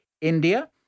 India